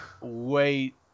wait